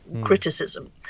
criticism